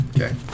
Okay